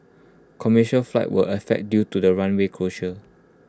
commercial flights were affected due to the runway closure